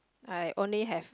I only have